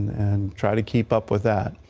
and try to keep up with that.